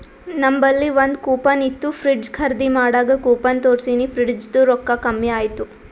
ನಂಬಲ್ಲಿ ಒಂದ್ ಕೂಪನ್ ಇತ್ತು ಫ್ರಿಡ್ಜ್ ಖರ್ದಿ ಮಾಡಾಗ್ ಕೂಪನ್ ತೋರ್ಸಿನಿ ಫ್ರಿಡ್ಜದು ರೊಕ್ಕಾ ಕಮ್ಮಿ ಆಯ್ತು